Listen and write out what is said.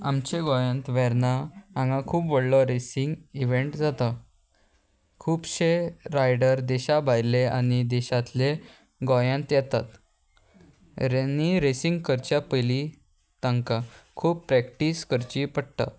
आमचे गोंयांत वेर्णा हांगा खूब व्हडलो रेसींग इवेंट जाता खुबशे रायडर देशा भायले आनी देशांतले गोंयांत येतात रेनी रेसींग करच्या पयली तांकां खूब प्रॅक्टीस करची पडटा